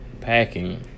packing